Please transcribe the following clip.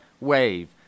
Wave